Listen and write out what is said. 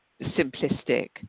simplistic